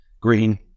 green